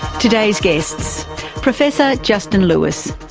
today's guests professor justin lewis,